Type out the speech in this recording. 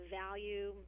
value